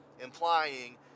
implying